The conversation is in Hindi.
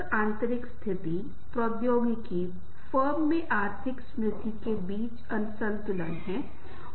हर किसी के लिए जीवन बहुत कीमती है इसलिए भोजन पानी और आश्रय ये बहुत महत्वपूर्ण चीज हैं और इसके लिए भी हम संबंध बनाना चाहते हैं संबंध विकसित करना चाहते हैं